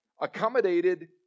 accommodated